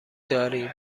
داریم